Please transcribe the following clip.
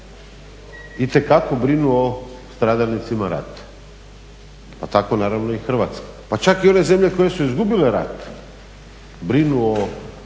itekako brinu o stradalnicima rata pa tako naravno i Hrvatska. Pa čak i one zemlje koje su izgubile rat brinu o